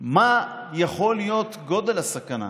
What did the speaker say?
מה יכול להיות גודל הסכנה,